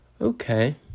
Okay